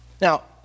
Now